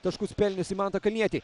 taškus pelniusį mantą kalnietį